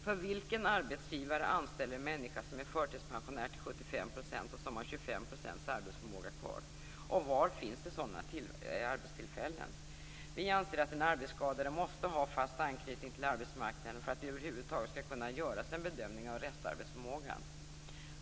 För vilken arbetsgivare anställer en människa som är förtidspensionär till 75 % och som har 25 % arbetsförmåga kvar och var finns det sådana arbetstillfällen? Vi anser att den arbetsskadade måste ha fast anknytning till arbetsmarknaden för att det över huvud taget skall kunna göras en bedömning av restarbetsförmågan.